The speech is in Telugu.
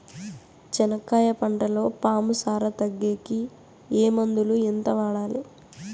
చెనక్కాయ పంటలో పాము సార తగ్గేకి ఏ మందులు? ఎంత వాడాలి?